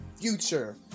future